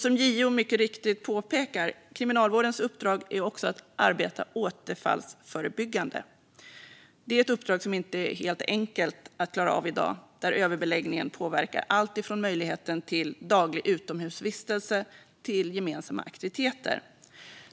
Som JO mycket riktigt påpekar är kriminalvårdens uppdrag också att arbeta återfallsförebyggande. Det är ett uppdrag som inte är helt enkelt att klara av i dag, då överbeläggningen påverkar alltifrån möjligheten till daglig utomhusvistelse till gemensamma aktiviteter.